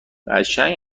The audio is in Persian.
قشنگ